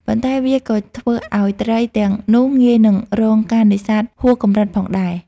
ប៉ុន្តែវាក៏ធ្វើឱ្យត្រីទាំងនោះងាយនឹងរងការនេសាទហួសកម្រិតផងដែរ។